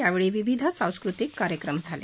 यावेळी विविध सांस्कृतिक कार्यक्रम झाले